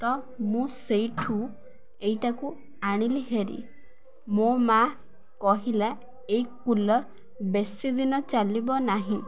ତ ମୁଁ ସେଇଠୁ ଏଇଟାକୁ ଆଣିଲି ହେରି ମୋ ମା କହିଲା ଏଇ କୁଲର ବେଶି ଦିନ ଚାଲିବ ନାହିଁ